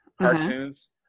cartoons